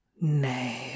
nay